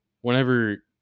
whenever